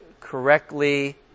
correctly